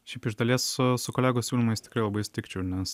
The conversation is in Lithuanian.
šiaip iš dalies su kolegų siūlymais tikrai labai sutikčiau nes